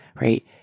right